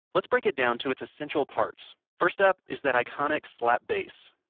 let's break it down to it's essential parts. first up is that iconic slap bass